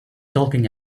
talking